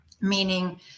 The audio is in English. Meaning